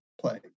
play